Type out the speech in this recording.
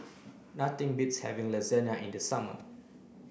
nothing beats having Lasagna in the summer